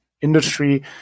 Industry